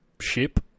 ship